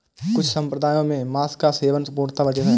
कुछ सम्प्रदायों में मांस का सेवन पूर्णतः वर्जित है